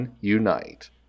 unite